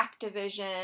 Activision